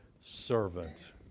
servant